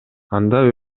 анда